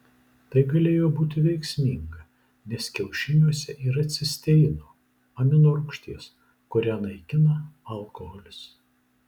tai galėjo būti veiksminga nes kiaušiniuose yra cisteino amino rūgšties kurią naikina alkoholis